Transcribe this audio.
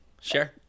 sure